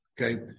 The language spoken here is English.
Okay